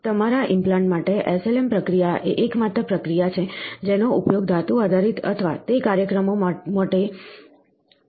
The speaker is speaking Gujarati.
તેથી તમારા ઇમ્પ્લાન્ટ માટે SLM પ્રક્રિયા એ એકમાત્ર પ્રક્રિયા છે જેનો ઉપયોગ ધાતુ આધારિત અથવા તે કાર્યક્રમો માટે ભાગો બનાવવા માટે થાય છે